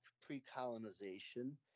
pre-colonization